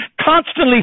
constantly